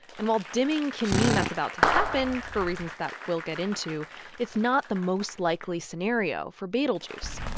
and while dimming can mean that's about to happen for reasons that we'll get into it's not the most likely scenario for betelgeuse.